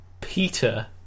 Peter